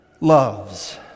loves